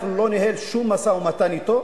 אנחנו לא ננהל שום משא-ומתן אתו.